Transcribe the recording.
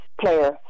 player